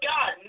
God